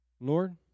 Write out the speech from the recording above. Lord